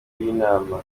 y‟inama